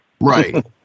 Right